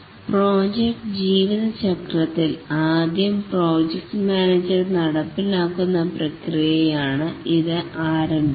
project ജീവിത ചക്രത്തിൽ ആദ്യം പ്രോജക്ട് മാനേജർ നടപ്പിലാക്കുന്ന പ്രക്രിയയാണ് ഇത് ആരംഭിക്കുന്നത്